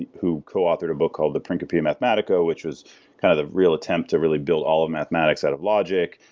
who co-authored a book called the principia mathematica, which was kind of the real attempt to really build all of mathematics out of logic.